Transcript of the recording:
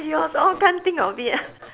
you also can't think of it